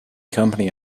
company